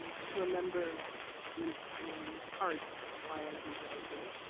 to remember in, in part why i do what i do.